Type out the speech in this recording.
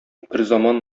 берзаман